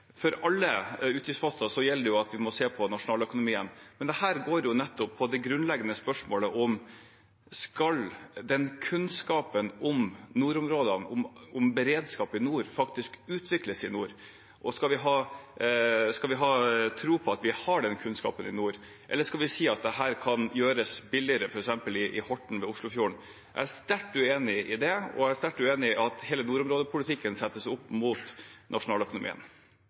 For alle utgiftsposter gjelder jo at vi må se på nasjonaløkonomien, men dette går nettopp på det grunnleggende spørsmålet: Skal kunnskapen om nordområdene, om beredskap i nord, faktisk utvikles i nord, og skal vi ha tro på at vi har den kunnskapen i nord? Eller skal vi si at dette kan gjøres billigere f.eks. i Horten og Oslofjorden? Jeg er sterkt uenig i det, og jeg er sterkt uenig i at hele nordområdepolitikken settes opp mot nasjonaløkonomien.